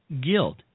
guilt